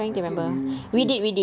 I think we did